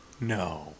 No